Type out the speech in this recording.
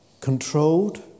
Controlled